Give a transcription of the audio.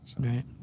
Right